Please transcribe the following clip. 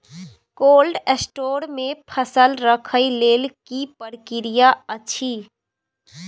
Cold store मे फसल रखय लेल की प्रक्रिया अछि?